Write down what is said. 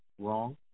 wrong